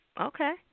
Okay